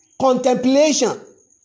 contemplation